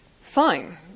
Fine